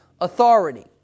authority